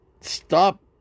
Stop